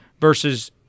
versus